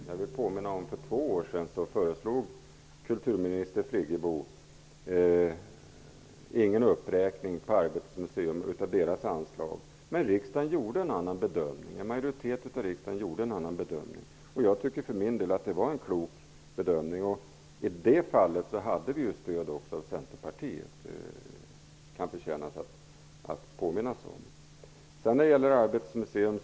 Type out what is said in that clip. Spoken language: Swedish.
Jag vill påminna om att kulturminister Friggebo för två år sedan inte föreslog någon uppräkning av anslaget till Arbetets museum men att en majoritet i riksdagen gjorde en annan bedömning. Jag tycker för min del att det var en klok bedömning. Det kan också förtjäna att påminnas om att vi den gången hade stöd från Centerpartiet.